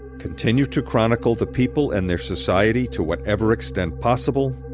continued to chronicle the people and their society to whatever extent possible,